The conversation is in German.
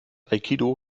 aikido